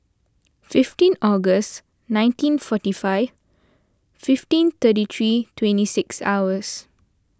fifteen August nineteen forty five fifteen thirty three twenty six hours